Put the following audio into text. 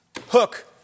hook